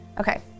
Okay